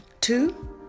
Two